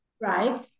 right